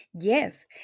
Yes